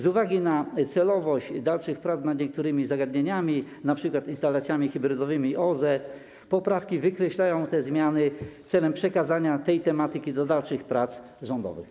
Z uwagi na celowość dalszych prac nad niektórymi zagadnieniami, np. instalacjami hybrydowymi OZE, poprawki wykreślają te zmiany celem przekazania tej tematyki do dalszych prac rządowych.